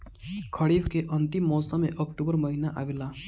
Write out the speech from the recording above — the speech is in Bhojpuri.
खरीफ़ के अंतिम मौसम में अक्टूबर महीना आवेला?